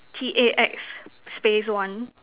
T A X space one